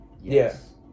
Yes